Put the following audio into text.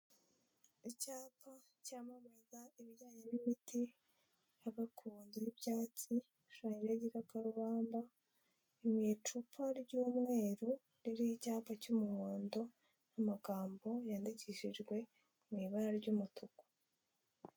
Icyapa cyamamaza ibijyanye n'imiti ya gakondo y'ibyatsi, hashushanyijeho igikakarubamba, ni mu icupa ry'umweru ririho icyapa cy'umuhondo n'amagambo yandikishijwe mu ibara ry'umutuku.